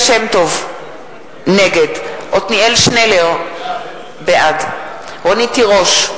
נגד עתניאל שנלר, בעד רונית תירוש,